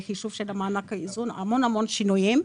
בחישוב של מענק האיזון המון המון שינויים,